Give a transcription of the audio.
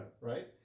right